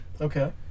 Okay